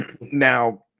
Now